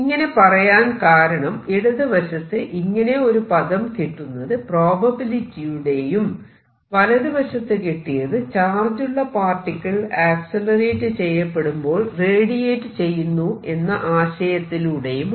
ഇങ്ങനെ പറയാൻ കാരണം ഇടതു വശത്ത് ഇങ്ങനെ ഒരു പദം കിട്ടുന്നത് പ്രോബബിലിറ്റിയിലൂടെയും വലതു വശത്ത് കിട്ടിയത് ചാർജുള്ള പാർട്ടിക്കിൾ ആക്സിലറേറ്റ് ചെയ്യപ്പെടുമ്പോൾ റേഡിയേറ്റ് ചെയ്യുന്നു എന്ന ആശയത്തിലൂടെയുമാണ്